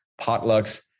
potlucks